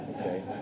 okay